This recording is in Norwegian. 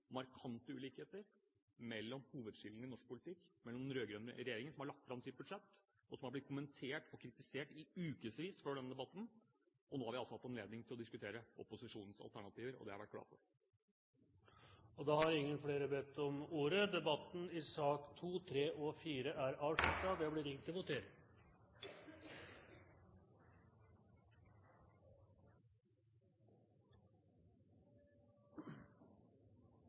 markante hovedskiller i norsk politikk. Den rød-grønne regjeringen har lagt fram sitt budsjett, som har blitt kommentert og kritisert i ukevis før denne debatten. Nå har vi altså hatt anledning til å diskutere opposisjonens alternativer, og det har jeg vært glad for. Flere har ikke bedt om ordet til sakene nr. 1–4. Stortinget er da klar til å